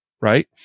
Right